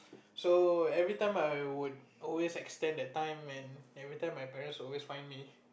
so every time I would always extend that time and every time my parents would always find me